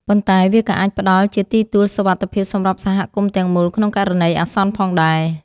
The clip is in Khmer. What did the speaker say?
ប៉ុន្តែវាក៏អាចផ្តល់ជាទីទួលសុវត្ថិភាពសម្រាប់សហគមន៍ទាំងមូលក្នុងករណីអាសន្នផងដែរ។